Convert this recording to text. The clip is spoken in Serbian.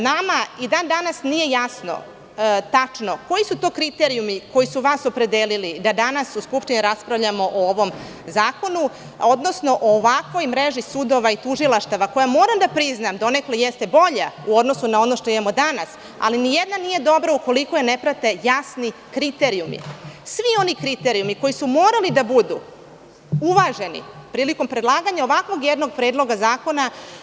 Nama i dan danas nije jasno tačno koji su to kriterijumi koji su vlast opredelili da danas u Skupštini raspravljamo o ovom zakonu, odnosno o ovakvoj mreži sudova i tužilaštava koja, moram da priznam donekle jeste bolja u odnosu na ono što imamo danas, ali nijedna nije dobra ukoliko je ne prate jasni kriterijumi, svi oni kriterijumi koji su morali da budu uvaženi prilikom predlaganja ovakvog jednog predloga zakona.